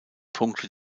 punkte